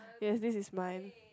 yes this is mine